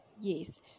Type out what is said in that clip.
Yes